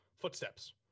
footsteps